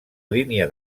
línia